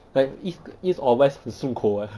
like east east or west 很顺口 eh